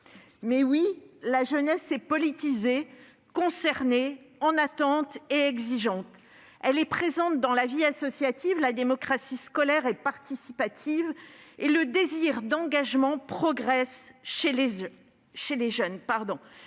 Mais oui, la jeunesse est politisée, concernée, en attente et exigeante. Elle est présente dans la vie associative, la démocratie scolaire et participative, et le désir d'engagement progresse chez les jeunes.